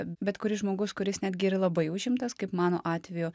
bet kuris žmogus kuris netgi yra labai užimtas kaip mano atveju